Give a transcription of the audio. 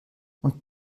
und